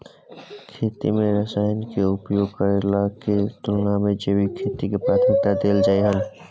खेती में रसायन के उपयोग करला के तुलना में जैविक खेती के प्राथमिकता दैल जाय हय